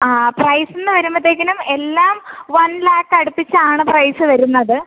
ആ പ്രൈസ് എന്ന് വരുമ്പോഴത്തേക്കും എല്ലാം വൺ ലാഖ് അടുപ്പിച്ച് ആണ് പ്രൈസ് വരുന്നത്